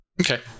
Okay